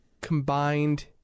combined